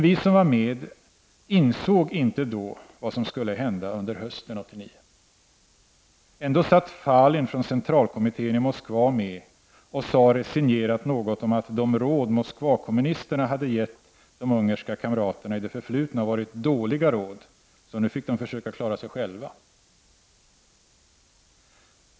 Vi som var med insåg då inte vad som skulle hända under hösten 1989. Ändå satt Falin från centralkommittén i Moskva med och sade resignerat något om att de råd Moskvakommunisterna hade gett de ungerska kamraterna i det förflutna varit dåliga råd, så nu fick de försöka klara sig själva.